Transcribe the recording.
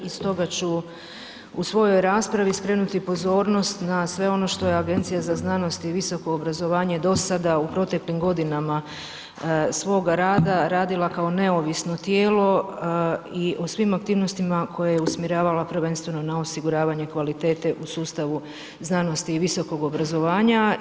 I stoga ću u svojoj raspravi skrenuti pozornost na sve ono što je Agencija za znanost i visoko obrazovanje do sada u proteklim godinama svoga rada radila kao neovisno tijelo i o svim aktivnostima koje je usmjeravala prvenstveno na osiguravanje kvalitete u sustavu znanosti i visokog obrazovanja.